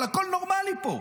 אבל הכול נורמלי פה.